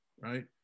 right